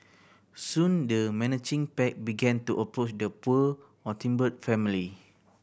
soon the menacing pack began to approach the poor family